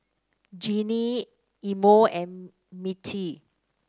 Jeannine Imo and Mittie